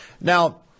Now